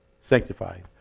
sanctified